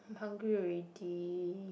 I'm hungry already